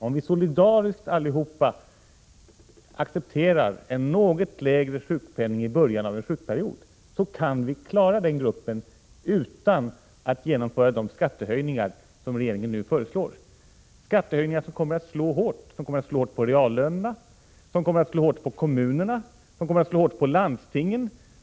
Om vi alla solidariskt accepterar en något lägre sjukpenning i början av en sjukperiod kan vi klara den gruppen utan att genomföra de skattehöjningar regeringen föreslår. Dessa skattehöjningar kommer att slå hårt på reallönerna, kommunerna och landstingen.